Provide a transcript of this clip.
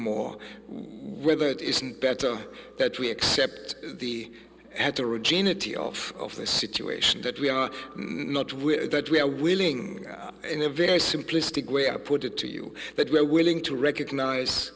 more whether it isn't better that we accept the ad to regina tee off of this situation that we are not with that we are willing in a very simplistic way i put it to you that we're willing to recognize